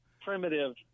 primitive